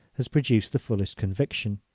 has produced the fullest conviction.